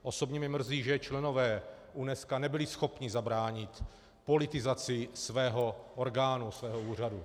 Osobně mě mrzí, že členové UNESCO nebyli schopni zabránit politizaci svého orgánu, svého úřadu.